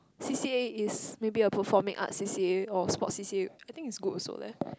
C_C_A is maybe a performing arts C_C_A or sports C_C_A I think is good also leh